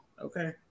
okay